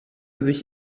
sich